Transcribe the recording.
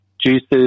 juices